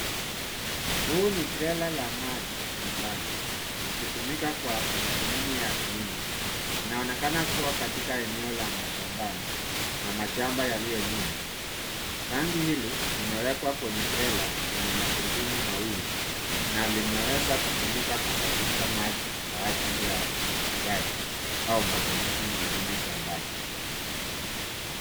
Hili ni trela la maji shambani, likitumika kwa madhumuni ya kilimo .Linaonekana kuwa katika eneo la mashambani, na mashamba yalio nyuma. Tanki hili limewekwa kwenye trela lenye magurudumu mawili, na limeweza kusafirisha maji kwa ajili ya umwagiliaji au matumizi mengine shambani.